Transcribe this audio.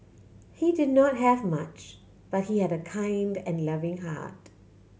he did not have much but he had a kind and loving heart